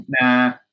nah